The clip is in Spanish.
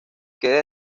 queda